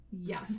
Yes